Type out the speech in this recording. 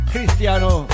Cristiano